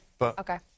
Okay